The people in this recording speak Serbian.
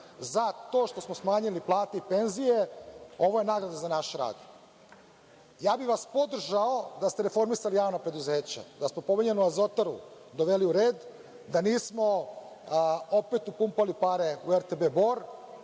za to što smo smanjili plate i penzije, ovo je nagrada za naš rad. Ja bih vas podržao da ste reformisali javna preduzeća, da ste pominjanu „Azotaru“ doveli u red, da nismo opet upumpali pare u RTB Bor